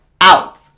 out